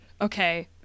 okay